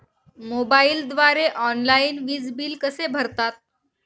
मोबाईलद्वारे ऑनलाईन वीज बिल कसे भरतात?